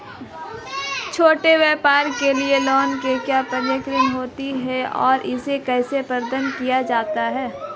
छोटे व्यापार के लिए लोंन की क्या प्रक्रिया होती है और इसे कैसे प्राप्त किया जाता है?